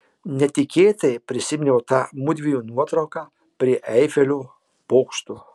netikėtai prisiminiau tą mudviejų nuotrauką prie eifelio bokšto